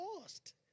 lost